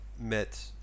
met